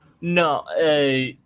No